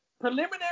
preliminary